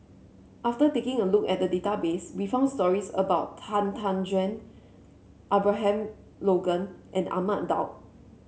after taking a look at the database we found stories about Han Tan Juan Abraham Logan and Ahmad Daud